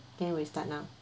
okay we start now